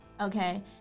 Okay